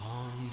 on